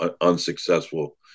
unsuccessful